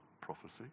prophecy